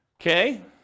Okay